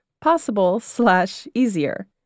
possible-slash-easier